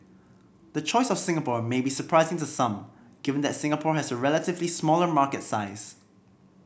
the choice of Singapore may be surprising to some given that Singapore has a relatively smaller market size